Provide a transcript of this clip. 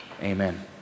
Amen